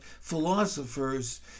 philosophers